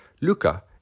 Luca